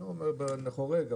אני לא אומר בן חורג,